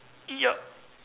yup